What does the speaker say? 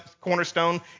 Cornerstone